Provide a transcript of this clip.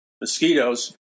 mosquitoes